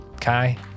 Kai